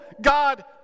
God